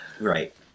Right